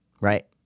right